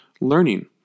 learning